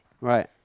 Right